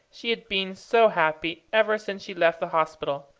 she had been so happy ever since she left the hospital,